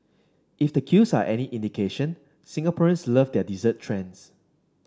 if the queues are any indication Singaporeans love their dessert trends